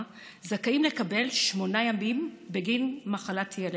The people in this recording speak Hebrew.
זכאים לקבל שמונה ימים בגין מחלת ילד.